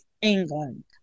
England